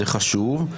זה חשוב,